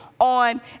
on